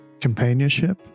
Companionship